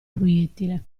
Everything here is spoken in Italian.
proiettile